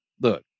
look